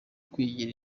kwigira